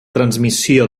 transmissió